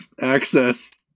access